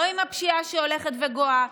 לא עם הפשיעה שהולכת וגואה,